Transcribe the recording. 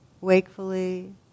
wakefully